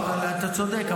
אתה צודק,